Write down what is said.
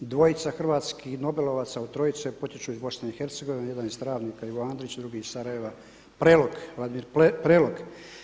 Dvojca hrvatskih nobelovaca od trojce potječu iz BiH, jedan iz Travnika Ivo Andrić, drugi iz Sarajeva, Prelog, Vladimir Prelog.